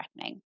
threatening